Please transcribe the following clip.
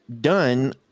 done